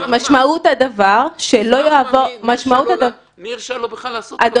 --- משמעות הדבר --- מי הרשה לו בכלל לעשות את הדבר הזה?